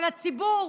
אבל הציבור,